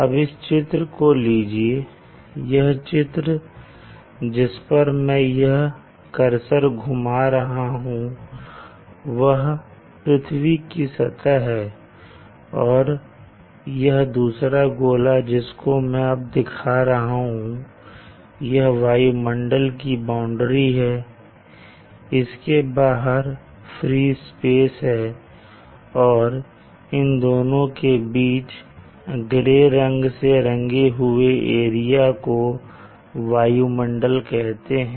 अब इस चित्र को लीजिए यह चित्र जिस पर मैं यह करसर घुमा रहा हूं वह पृथ्वी की सतह है और यह दूसरा गोला जिसको मैं अब दिखा रहा हूं यह वायुमंडल की बाउंड्री है इसके बाहर फ्री स्पेस है और इन दोनों के बीच ग्रे रंग से रंगे हुए एरिया को वायुमंडल कहते हैं